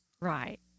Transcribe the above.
Right